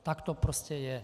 Tak to prostě je.